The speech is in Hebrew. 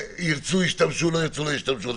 שאם ירצו ישתמשו ואם לא ירצו לא ישתמשו.